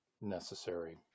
necessary